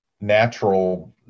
natural